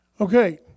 Okay